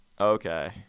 Okay